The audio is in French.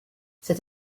cet